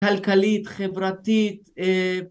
כלכלית, חברתית